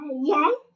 yes